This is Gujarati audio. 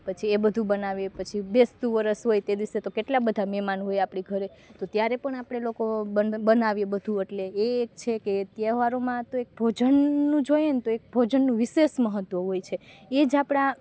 પછી એ બધું બનાવે પછી બેસતું વર્ષ હોય તે દિવસે તો કેટલા બધા મહેમાન હોય આપણા ઘરે ત્યારે પણ આપણે લોકો બનાવીએ બધું એટલે એ છે કે તહેવારોમાં તો એક ભોજનનું જોઈએને તો એક ભોજનનું વિશેષ મહત્વ હોય એ જ આપણા